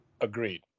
agreed